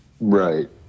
Right